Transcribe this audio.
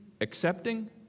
accepting